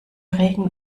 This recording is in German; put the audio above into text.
regen